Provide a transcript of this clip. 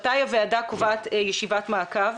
מתי הוועדה קובעת ישיבת מעקב